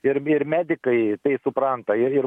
ir ir medikai tai supranta ir ir